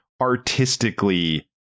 artistically